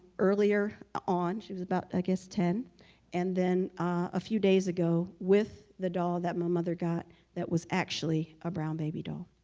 earlier on she was about i guess ten and then a few days ago with the doll that my mother got that was actually a brown baby doll